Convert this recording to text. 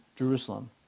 Jerusalem